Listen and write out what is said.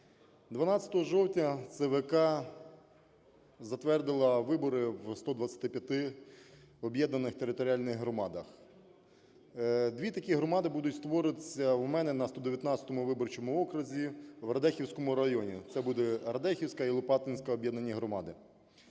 12 жовтня ЦВК затвердила вибори в 125 об'єднаних територіальних громадах. Дві такі громади будуть створюватися у мене на 119 виборчому окрузі в Радехівському районі. Це буде Радехівська і Лопатинська об'єднані громади.